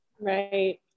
right